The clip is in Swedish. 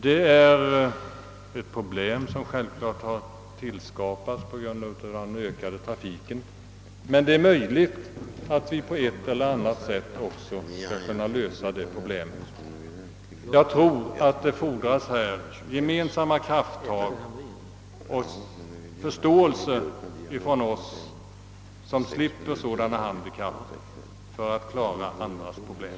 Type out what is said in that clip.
Det är ett problem som självklart har skapats av den ökade trafiken. Det är möjligt att vi på ett eller annat sätt också kan lösa sådana problem. Jag tror att det fordras gemensamma =<:kraftansträngningar och förståelse från oss som slipper sådana handikapp för att klara andras problem.